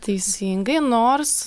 teisingai nors